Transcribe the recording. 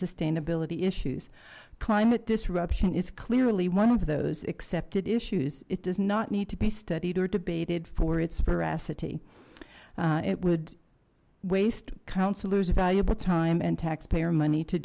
sustainability issues climate disruption is clearly one of those accepted issues it does not need to be studied or debated for its veracity it would waste councilors valuable time and taxpayer money to